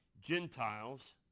Gentiles